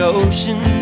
ocean